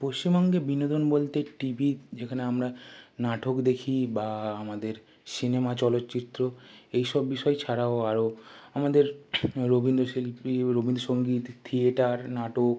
পশ্চিমবঙ্গে বিনোদন বলতে টিভি যেখানে আমরা নাটক দেখি বা আমাদের সিনেমা চলচ্চিত্র এইসব বিষয় ছাড়াও আরো আমাদের রবীন্দ্র শিল্পী রবীন্দ্রসঙ্গীত থিয়েটার নাটক